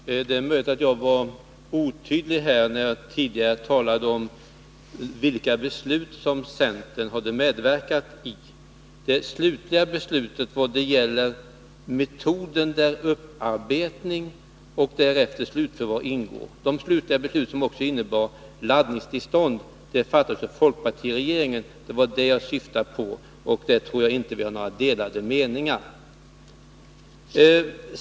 Herr talman! Det är möjligt att jag var otydlig när jag tidigare talade om vilka beslut som centern hade medverkat i. Det slutliga beslutet vad gäller metoden med upparbetning och därefter slutförvaring samt besluten om laddningstillstånd fattades av folkpartiregeringen. Det var det som jag syftade på, och på den punkten tror jag inte att vi har några delade meningar.